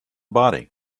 body